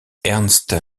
ernst